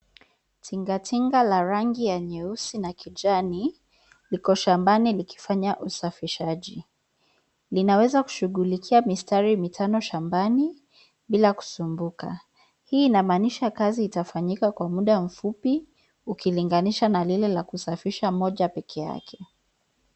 Tingatinga la rangi ya nyeusi na kijani, liko shambani likifanya usafishaji. Linaweza shughulikia mistari mitano bila kusumbuka. Hii inamaanisha kazi itafanyika kwa muda mfupi ukilinganisha na lile la kusafisha moja pekee yake.